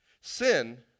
Sin